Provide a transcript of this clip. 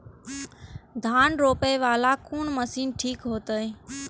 धान रोपे वाला कोन मशीन ठीक होते?